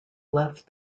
left